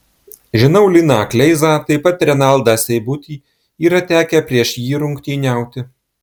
žinau liną kleizą taip pat renaldą seibutį yra tekę prieš jį rungtyniauti